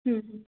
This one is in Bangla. হুম হুম